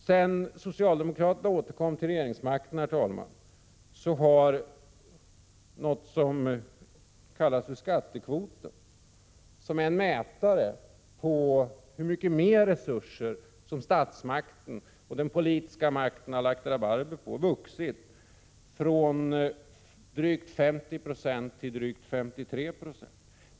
Sedan socialdemokraterna återkom till regeringsmakten har något som kallas för skattekvoten — en mätare på hur mycket mer resurser som statsmakten och den politiska makten har lagt rabarber på — vuxit från drygt 50 Yo till drygt 53 26.